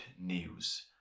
news